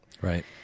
Right